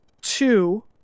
two